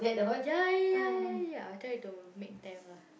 ya ya ya ya I try to make them lah